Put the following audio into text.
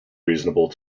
reasonable